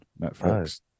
Netflix